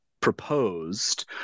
proposed